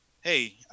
hey